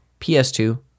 PS2